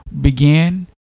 began